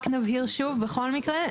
רק נבהיר שוב בכל מקרה,